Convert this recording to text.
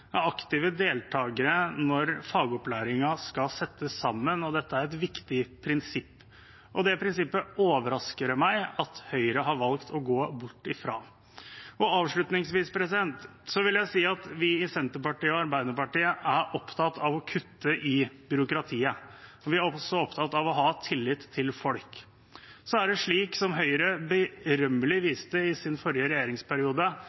er aktive deltagere når fagopplæringen skal settes sammen, og dette er et viktig prinsipp. Det prinsippet overrasker det meg at Høyre har valgt å gå bort fra. Avslutningsvis vil jeg si at vi i Senterpartiet og Arbeiderpartiet er opptatt av å kutte i byråkratiet, og vi er også opptatt av å ha tillit til folk. Så er det slik, som Høyre berømmelig viste i sin forrige regjeringsperiode,